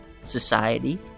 society